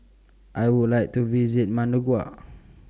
I Would like to visit Managua